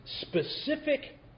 specific